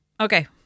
Okay